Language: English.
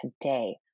today